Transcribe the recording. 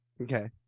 okay